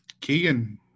Keegan